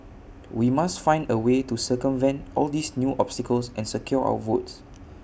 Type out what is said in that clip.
we must find A way to circumvent all these new obstacles and secure our votes